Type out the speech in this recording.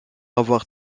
avoir